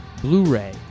blu-ray